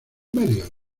medios